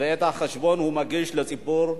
ואת החשבון הוא מגיש לציבור,